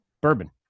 bourbon